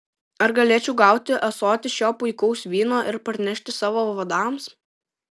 ar galėčiau gauti ąsotį šio puikaus vyno ir parnešti savo vadams